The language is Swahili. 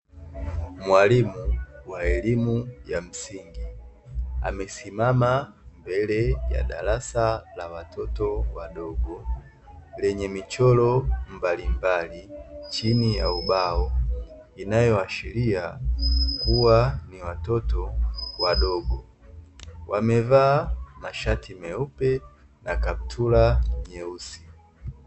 Mwalimu wa elimu ya msingi amesimama mbele ya darasa la watoto wadogo, lenye michoro mbalimbali chini ya ubao inayoashiria kuwa ni watoto wadogo, wamevaa mashati meupe na kaptula nyeusi.